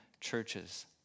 churches